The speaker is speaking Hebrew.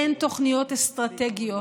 אין תוכניות אסטרטגיות,